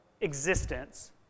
existence